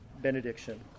benediction